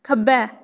खब्बै